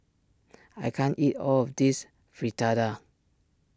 I can't eat all of this Fritada